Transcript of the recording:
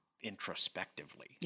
introspectively